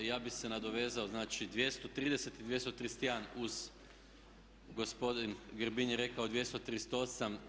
Ja bih se nadovezao, znači 230. i 231. uz gospodin Grbin je rekao 238.